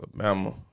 Alabama